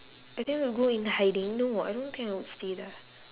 I think we'll go in hiding no [what] I don't think I would stay there